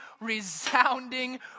resounding